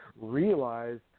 realize